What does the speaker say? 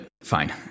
fine